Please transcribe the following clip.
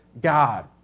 God